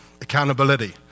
accountability